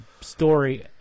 story